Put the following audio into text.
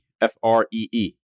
F-R-E-E